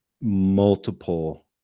multiple